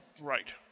Right